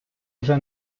вже